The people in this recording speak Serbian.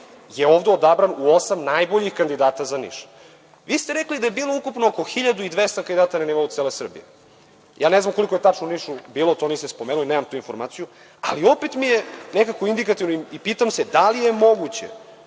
je ovde odabran u osam najboljih kandidata za Niš. Vi ste rekli da je bilo ukupno oko 1.200 kandidata na nivou cele Srbije. Ne znam koliko je bilo tačno u Nišu, to niste spomenuli, nemam tu informaciju, ali opet mi je nekako indikativno i pitam se da li je moguće